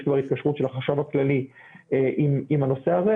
יש כבר התקשרות של החשב הכללי עם הנושא הזה.